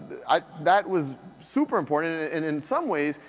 that was super important and in some ways,